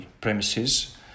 premises